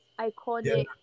iconic